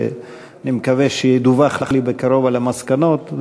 ואני מקווה שידווח לי בקרוב על המסקנות,